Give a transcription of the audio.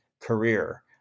career